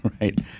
right